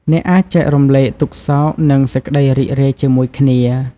អ្នកអាច ចែករំលែកទុក្ខសោក និងសេចក្ដីរីករាយ ជាមួយគ្នា។